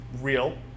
real